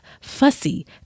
fussy